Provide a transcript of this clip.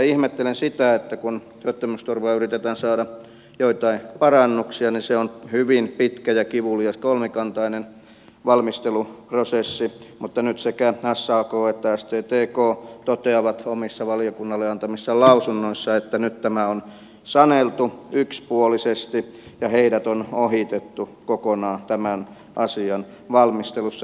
ihmettelen sitä että kun työttömyysturvaan yritetään saada joitain parannuksia niin se on hyvin pitkä ja kivulias kolmikantainen valmisteluprosessi mutta nyt sekä sak että sttk toteavat omissa valiokunnalle antamissaan lausunnoissa että nyt tämä on saneltu yksipuolisesti ja heidät on ohitettu kokonaan tämän asian valmistelussa